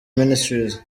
ministries